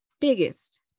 biggest